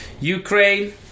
Ukraine